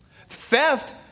Theft